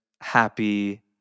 happy